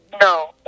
no